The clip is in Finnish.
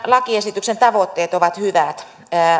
lakiesityksen tavoitteet ovat hyvät